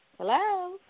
Hello